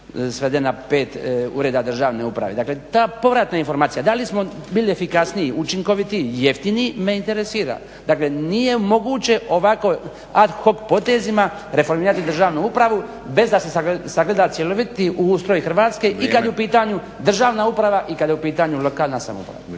svede na 5 Ureda državne uprave. Dakle, ta povratna informacija da li smo bili efikasniji, učinkovitiji, jeftiniji me interesira. Dakle, nije moguće ovako ad hoc potezima reformirati državnu upravu bez da se sagleda cjeloviti ustroj Hrvatske i kad je u pitanju državna uprava i kad je u pitanju lokalna samouprava.